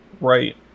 Right